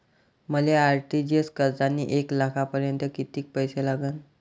मले आर.टी.जी.एस करतांनी एक लाखावर कितीक पैसे लागन?